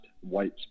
white